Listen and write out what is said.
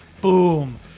Boom